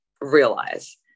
realize